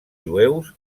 jueus